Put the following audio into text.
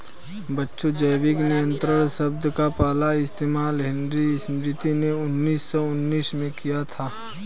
बच्चों जैविक नियंत्रण शब्द का पहला इस्तेमाल हेनरी स्मिथ ने उन्नीस सौ उन्नीस में किया था